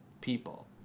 people